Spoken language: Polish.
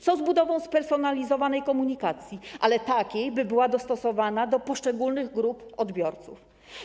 Co z budową spersonalizowanej komunikacji, ale takiej, by była dostosowana do poszczególnych grup odbiorców?